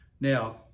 Now